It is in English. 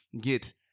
get